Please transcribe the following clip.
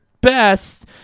best